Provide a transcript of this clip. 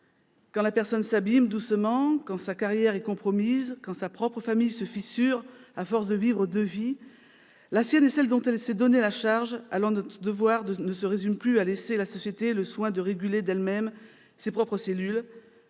Quand la personne s'abîme doucement, quand sa carrière est compromise, quand sa propre famille se fissure à force de vivre deux vies, la sienne et celle dont elle s'est donné la charge, alors notre devoir ne se résume plus à laisser à la société le soin de réguler d'elle-même ses propres cellules